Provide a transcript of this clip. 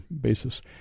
basis